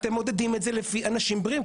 אתם מודדים את זה לפי אנשים בריאים.